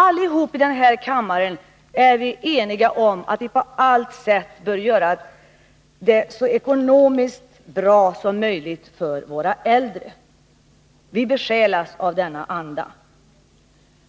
Alla i den här kammaren är eniga om att vi på allt sätt bör göra det så ekonomiskt bra som möjligt för våra äldre. Vi besjälas av denna anda.